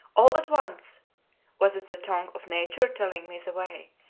all at once was it the tongue of nature telling me the way,